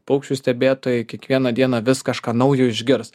paukščių stebėtojai kiekvieną dieną vis kažką naujo išgirs